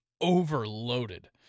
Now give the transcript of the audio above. overloaded